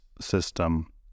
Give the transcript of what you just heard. system